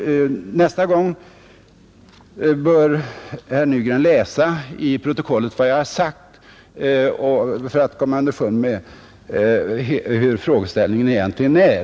Nästa gång bör herr Nygren läsa i protokollet vad jag har sagt för att veta hurdan frågeställningen egentligen är.